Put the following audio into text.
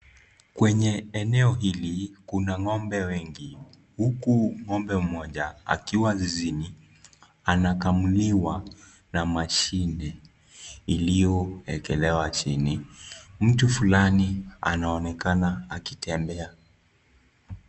Kwenye eneo hili kuna ng'ombe wengi huku ng'ombe mmoja akiwa zizini anakamuliwa na mashine iliyoekelewa chini. Mtu fulani anaonekana akitembea.